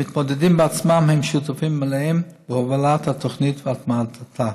המתמודדים עצמם הם שותפים מלאים בהובלת התוכנית והטמעתה.